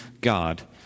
God